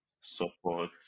support